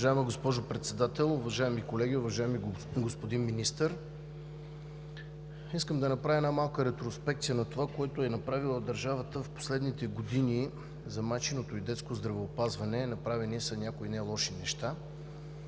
Уважаема госпожо Председател, уважаеми колеги! Уважаеми господин Министър, искам да направя една малка ретроспекция на това, което е направила държавата в последните години за майчиното и детско здравеопазване, направени са и някои нелоши неща.